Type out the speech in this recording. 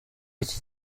iki